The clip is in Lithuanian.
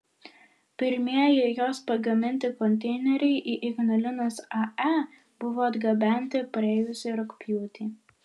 pirmieji jos pagaminti konteineriai į ignalinos ae buvo atgabenti praėjusį rugpjūtį